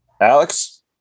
Alex